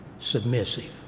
Submissive